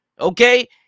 okay